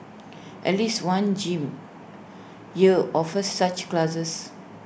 at least one gym here offers such classes